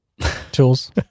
tools